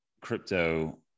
crypto